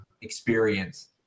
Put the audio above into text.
experience